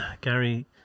Gary